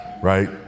right